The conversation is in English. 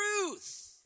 truth